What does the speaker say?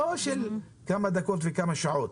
לא של כמה דקות או כמה שעות,